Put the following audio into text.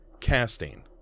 Casting